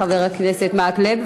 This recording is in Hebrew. חבר הכנסת מקלב,